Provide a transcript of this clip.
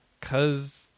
cause